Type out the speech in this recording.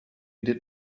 did